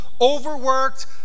overworked